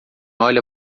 olha